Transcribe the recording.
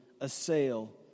assail